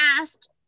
asked